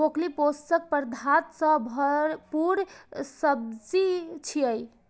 broccoli पोषक पदार्थ सं भरपूर सब्जी छियै